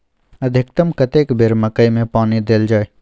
अधिकतम कतेक बेर मकई मे पानी देल जाय?